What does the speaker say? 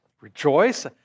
Rejoice